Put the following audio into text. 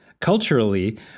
Culturally